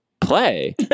play